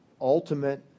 ultimate